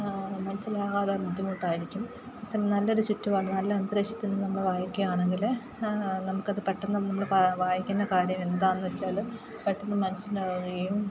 മനസ്സിലാകാതെ ബുദ്ധിമുട്ടായിരിക്കും ആ സമയം നല്ലൊരു ചുറ്റുപാട് നല്ല അന്തരീക്ഷത്തിൽ നിന്ന് നമ്മള് വായിക്കുകയാണെങ്കില് നമുക്കത് പെട്ടെന്ന് നമ്മള് വായിക്കുന്ന കാര്യം എന്താണെന്നുവച്ചാല് പെട്ടെന്നു മനസ്സിലാവുകയും